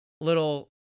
little